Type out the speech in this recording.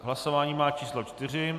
Hlasování má číslo 4.